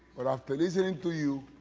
but, after listening to you,